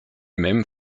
même